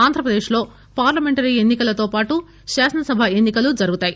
ఆంధ్రప్రదేశ్ లో పార్లమెంటరీతోపాటు శాసనసభ ఎన్ని కలు జరుగుతాయి